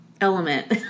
element